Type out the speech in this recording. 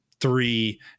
three